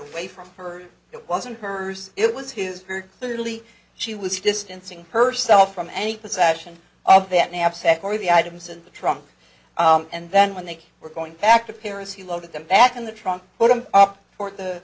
away from her it wasn't hers it was his beard clearly she was distancing herself from any possession of that knapsack or the items in the trunk and then when they were going back to paris he loaded them back in the trunk put them up for the